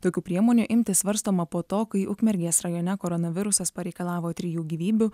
tokių priemonių imtis svarstoma po to kai ukmergės rajone koronavirusas pareikalavo trijų gyvybių